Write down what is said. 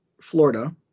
Florida